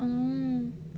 oo